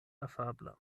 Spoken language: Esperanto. afabla